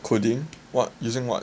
coding what using what